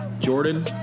Jordan